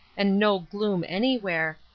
and no gloom anywhere,